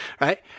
right